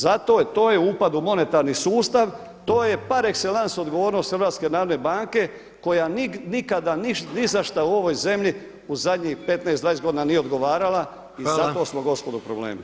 Zato je to upad u monetarni sustav to je par excellence odgovornost HNB-a koja nikada ni za šta u ovoj zemlji u zadnjih 15, 20 godina nije odgovarala i zato smo gospodo u problemima.